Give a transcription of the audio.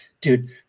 dude